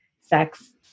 sex